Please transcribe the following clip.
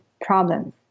problems